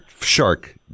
shark